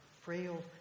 frail